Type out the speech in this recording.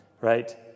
right